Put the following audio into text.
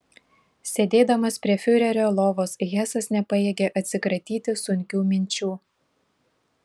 sėdėdamas prie fiurerio lovos hesas nepajėgė atsikratyti sunkių minčių